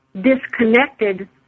disconnected